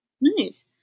Nice